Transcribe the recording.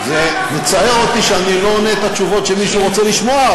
זה מצער אותי שאני לא עונה את התשובות שמישהו רוצה לשמוע,